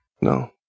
No